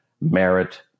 merit